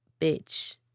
bitch